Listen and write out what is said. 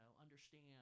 understand